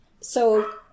So-